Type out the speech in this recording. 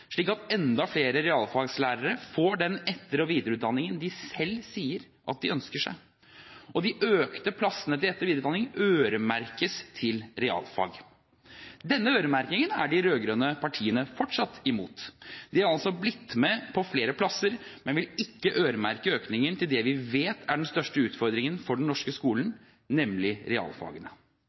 slik at enda flere realfagslærere får den etter- og videreutdanningen de selv sier at de ønsker seg. De økte plassene til etter- og videreutdanning øremerkes til realfag. Denne øremerkingen er de rød-grønne partiene fortsatt imot. De har altså blitt med på flere plasser, men vil ikke øremerke økningen til det vi vet er den største utfordringen for den norske skolen, nemlig realfagene.